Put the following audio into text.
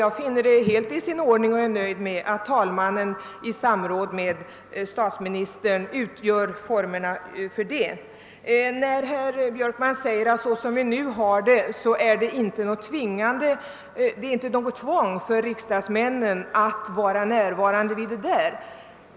Jag finner det helt i sin ordning att talmannen i samråd med statsministern fastställer formerna. Herr Björkman säger att det nu inte är något tvång för riksdagsmännen att vara närvarande vid riksdagens Öppnande.